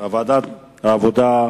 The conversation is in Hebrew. לוועדת העבודה,